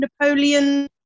Napoleon